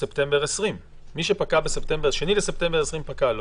מספטמבר 2020. ב-2 בספטמבר 2020 זה פקע,